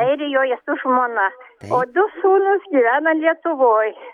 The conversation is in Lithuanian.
airijoje su žmona o du sūnūs gyvena lietuvoj